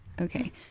Okay